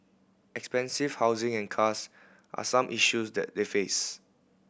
expensive housing and cars are some issues that they face